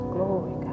Glory